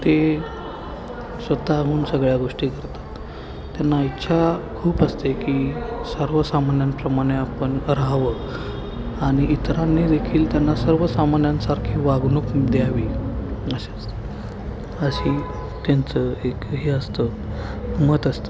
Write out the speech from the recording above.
ते स्वतःहून सगळ्या गोष्टी करतात त्यांना इच्छा खूप असते की सर्वसामान्यांप्रमाणे आपण राहावं आणि इतरांनी देखील त्यांना सर्वसामान्यांसारखी वागणूक द्यावी असं असतं अशी त्यांचं एक हे असतं मत असतं